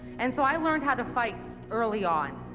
and so i learnt how to fight early on.